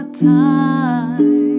time